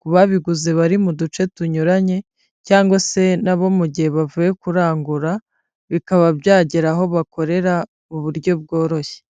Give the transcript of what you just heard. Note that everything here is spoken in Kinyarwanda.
ku babiguze bari mu duce tunyuranye cyangwa se nabo mu gihe bavuye kurangura, bikaba byagera aho bakorera mu buryo bworoshye.